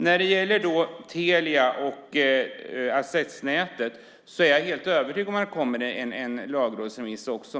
När det gäller Telia och accessnätet är jag helt övertygad om att det kommer en lagrådsremiss.